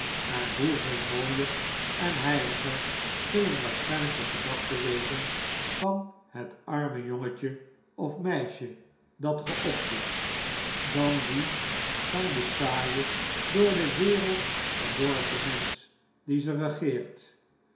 en hoe veel mooier en heiliger zullen waarschijnlijk de gedachten wezen van het arme jongetje of meisje dat ge opvoedt dan die van den saaien door de wereld verdorven mensch die ze regeert